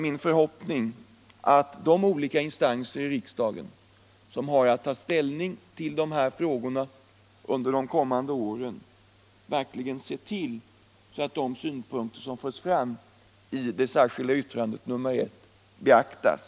Jag hoppas att de olika instanser inom riksdagen som har att ta ställning till dessa frågor under de kommande åren ser till att de synpunkter som framförs i det särskilda yttrandet nr 1 beaktas.